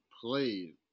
played